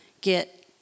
get